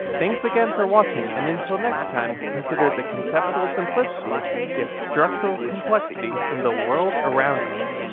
thanks again for watching and until next time, consider the conceptual simplicity yet structural complexity in the world around us.